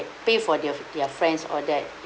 pay for their their friends all that